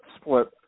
split